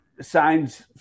signs